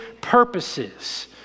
purposes